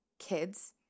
Kids